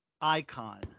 icon